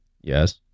Yes